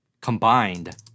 combined